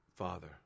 Father